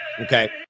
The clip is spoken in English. okay